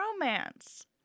romance